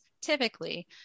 typically